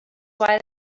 why